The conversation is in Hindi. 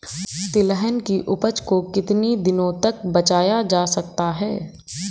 तिलहन की उपज को कितनी दिनों तक बचाया जा सकता है?